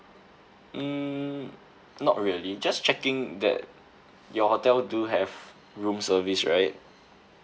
mm not really just checking that your hotel do have room service right